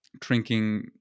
drinking